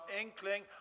inkling